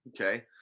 okay